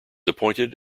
appointed